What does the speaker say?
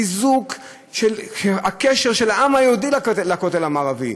חיזוק של הקשר של העם היהודי לכותל המערבי.